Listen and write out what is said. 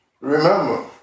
Remember